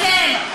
וכן,